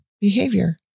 behavior